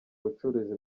bucuruzi